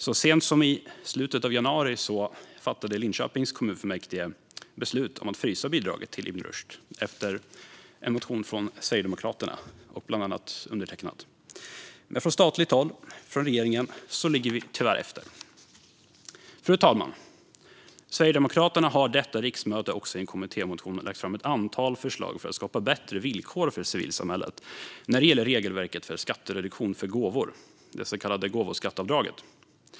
Så sent som i slutet av januari fattade Linköpings kommunfullmäktige beslut om att frysa bidraget till Ibn Rushd efter en motion från Sverigedemokraterna, bland andra undertecknad. Men från statligt håll, från regeringen, ligger vi tyvärr efter. Fru talman! Sverigedemokraterna har under detta riksmöte också i en kommittémotion lagt fram ett antal förslag för att skapa bättre villkor för civilsamhället när det gäller regelverket för skattereduktion för gåvor, det så kallade gåvoskatteavdraget.